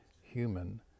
human